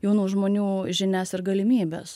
jaunų žmonių žinias ir galimybes